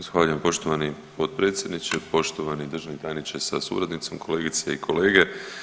Zahvaljujem poštovani potpredsjedniče, poštovani državni tajniče sa suradnicom, kolegice i kolege.